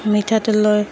মিঠাতেলৰ